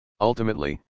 Ultimately